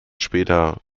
später